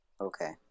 Okay